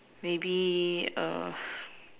maybe err